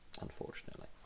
unfortunately